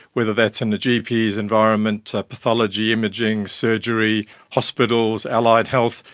whether that's in the gp environment, pathology, imaging, surgery, hospitals, allied health,